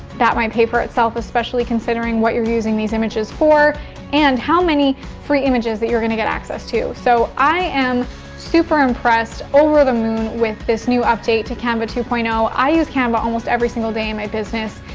that might pay for itself especially considering what you're using these images for and how many free images that you're gonna get access to. so i am super impressed, over the moon with this new update to canva two point zero. i use canva almost every single day in my business.